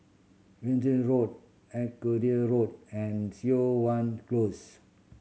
Road Arcadia Road and Siok Wan Close